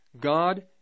God